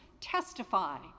testify